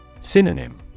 Synonym